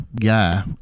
guy